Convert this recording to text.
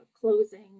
closing